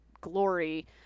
glory